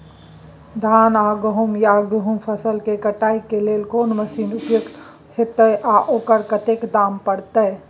धान आ गहूम या गेहूं फसल के कटाई के लेल कोन मसीन उपयुक्त होतै आ ओकर कतेक दाम परतै?